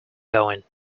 going